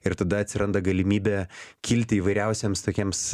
ir tada atsiranda galimybė kilti įvairiausiems tokiems